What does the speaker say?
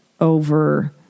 over